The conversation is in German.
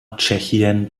tschechien